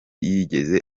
yigeze